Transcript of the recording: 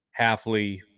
Halfley